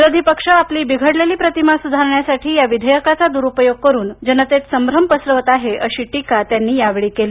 विरोधी पक्ष आपली बिघडलेली प्रतिमा सुधारण्यासाठी या विधेयकाचा दुरुपयोग करून जनतेत संभ्रम पसरवत आहे अशी टीका त्यांनी यावेळी केली